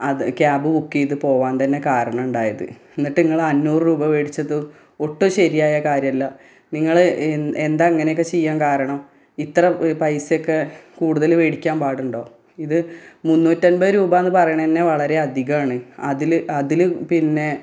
അത് cab book ചെയ്ത് പോവാൻ തന്നെ കാരണം ഉണ്ടായത് എന്നിട്ട് നിങ്ങൾ അഞ്ഞൂറ് രൂപ വേടിച്ചതോ ഒട്ടും ശരിയായ കാര്യമല്ല നിങ്ങൾ എന്താണ് അങ്ങനെയൊക്കെ ചെയ്യാൻ കാരണം ഇത്ര പൈസ ഒക്കെ കൂടുതൽ വേടിക്കാ പാടുണ്ടോ ഇത് മുന്നൂറ്റി അൻപത് രൂപ എന്ന് പറേണന്നെ വളരെ അധികമാണ് അതിൽ അതിൽ പിന്നെ